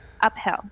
uphill